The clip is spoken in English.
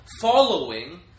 Following